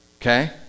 Okay